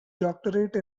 doctorate